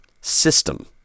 system